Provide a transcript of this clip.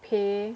pay